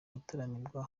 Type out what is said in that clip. gutaramirwa